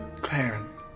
Clarence